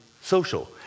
social